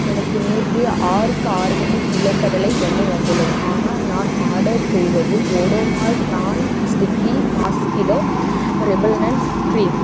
எனக்கு நியூட்ரிஆர்க் ஆர்கானிக் நிலக்கடலை எண்ணெய் வந்துள்ளது ஆனால் நான் ஆர்டர் செய்தது Odomos non sticky mosquito repellents cream